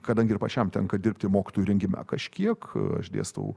kadangi ir pačiam tenka dirbti mokytojų rengime kažkiek aš dėstau